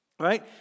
Right